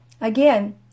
Again